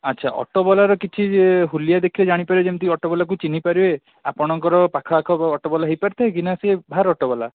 ଆଚ୍ଛା ଅଟୋବାଲାର କିଛି ହୁଲିଆ ଦେଖିଲେ ଜାଣିପାରିବେ ଯେମିତି ଅଟୋବାଲାକୁ ଚିହ୍ନି ପାରିବେ ଆପଣଙ୍କର ପାଖଆଖ ଅଟୋବାଲା ହୋଇପାରିଥିବେ କି ନା ସିଏ ବାହାର ଅଟୋବାଲା